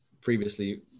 previously